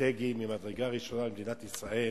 אסטרטגי ממדרגה ראשונה למדינת ישראל.